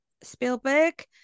Spielberg